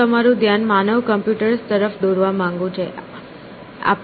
હું તમારું ધ્યાન "માનવ કમ્પ્યુટર્સ" તરફ દોરવા માંગું છું